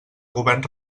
govern